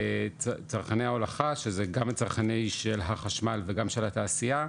צרכני ההולכה שזה גם צרכני החשמל וגם של התעשייה,